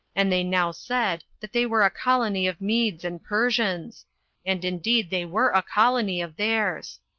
and they now said that they were a colony of medes and persians and indeed they were a colony of theirs.